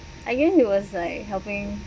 I guess it was like helping